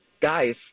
Guys